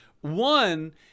One